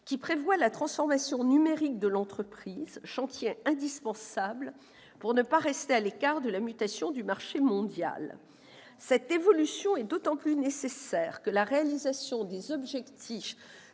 qui prévoit la transformation numérique de l'entreprise, chantier indispensable pour ne pas rester à l'écart de la mutation du marché mondial. Cette évolution est d'autant plus nécessaire que la réalisation des objectifs